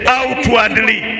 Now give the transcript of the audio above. outwardly